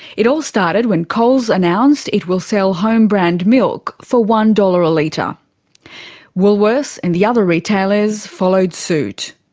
it all started when coles announced it will sell home-brand milk for one dollars a litre. woolworths and the other retailers followed suit.